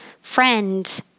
friend